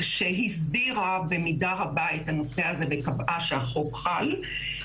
שהסדירה במידה רבה את הנושא הזה וקבעה שהחוק חל.